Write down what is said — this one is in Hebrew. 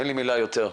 אין לי מילה יותר,